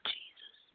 Jesus